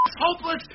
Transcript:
hopeless